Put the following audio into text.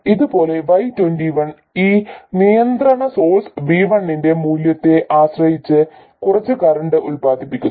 അതുപോലെ y21 ഈ നിയന്ത്രണ സോഴ്സ് v1 ന്റെ മൂല്യത്തെ ആശ്രയിച്ച് കുറച്ച് കറന്റ് ഉത്പാദിപ്പിക്കുന്നു